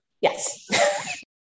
Yes